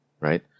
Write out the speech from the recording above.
right